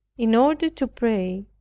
in order to pray,